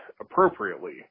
appropriately